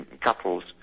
couples